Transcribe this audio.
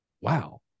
wow